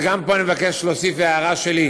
ופה אני מבקש להוסיף הערה שלי.